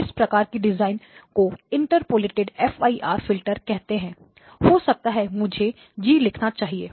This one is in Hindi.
इस प्रकार की डिज़ाइन को इंटरपोलेटेड fir फिल्टर कहते हैं हो सकता है मुझे इसे G लिखना चाहिए